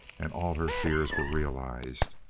and all her fears were realized.